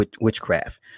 witchcraft